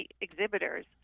exhibitors